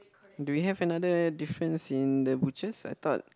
do we have another difference in the bushes I thought